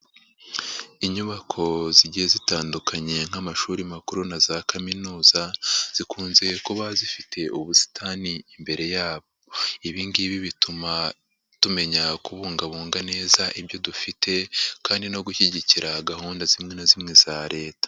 Inyubako zigiye zitandukanye nk'amashuri makuru na za kaminuza zikunze kuba zifite ubusitani imbere yabo, ibingibi bituma tumenya kubungabunga neza ibyo dufite kandi no gushyigikira gahunda zimwe na zimwe za leta.